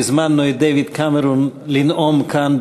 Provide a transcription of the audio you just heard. והזמנו את דייוויד קמרון לנאום כאן,